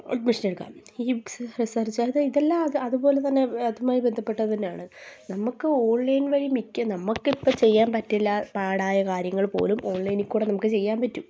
admission എടുക്കാം ഹിപ്പ്സ്സ് research അത് ഇതെല്ലാം അത് അതുപോലെ തന്നെ അതുമായി ബന്ധപ്പെട്ട തന്നാണ് നമുക്ക് ഓൺലൈൻ വഴി മിക്ക നമുക്കിപ്പം ചെയ്യാൻ പറ്റില്ല പാടായ കാര്യങ്ങൾ പോലും ഓൺലൈനിൽ കൂടെ നമുക്ക് ചെയ്യാൻ പറ്റും